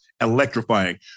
electrifying